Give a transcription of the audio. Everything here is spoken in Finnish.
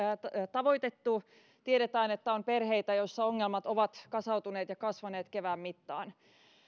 tavoitettu ja tiedetään että on perheitä joissa ongelmat ovat kasautuneet ja kasvaneet kevään mittaan